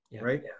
right